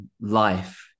life